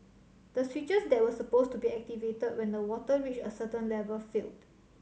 the switches that were supposed to be activated when the water reached a certain level failed